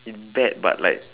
in bed but like